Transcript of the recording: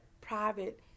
private